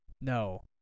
No